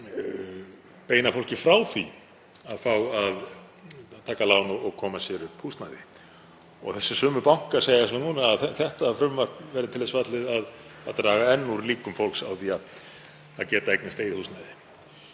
beina fólki frá því að fá að taka lán og koma sér upp húsnæði. Þessir sömu bankar segja svo núna að þetta frumvarp verði til þess fallið að draga enn úr líkum fólks á því að það geti eignast eigið húsnæði.